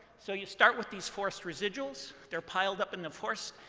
so you start with these forced residuals. they're piled up in the forest.